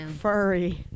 Furry